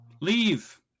Leave